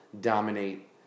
dominate